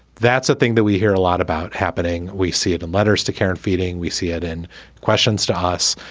that's the thing that we hear a lot about happening. we see it and letters to care and feeding. we see it in questions to us.